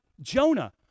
Jonah